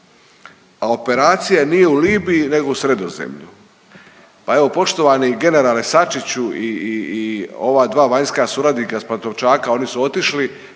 a operacija nije u Libiji nego u Sredozemlju. Pa evo poštovani generale Sačiću i ova dva vanjska suradnika s Pantovčaka oni su otišli